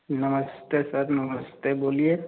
नमस्ते सर नमस्ते बोलिए